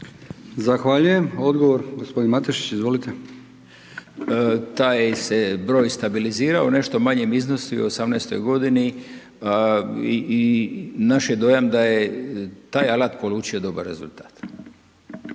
Zahvaljujem, odgovor gospodin Matešić, izvolite. **Matešić, Goran** Taj se broj stabilizirao u nešto manjem iznosu i u '18. godini i naš je dojam da je taj alat polučio dobar rezultat.